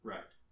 Right